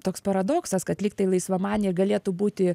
toks paradoksas kad lygtai laisvamaniai ir galėtų būti